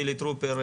חילי טרופר,